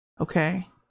Okay